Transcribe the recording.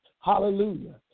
Hallelujah